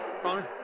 fine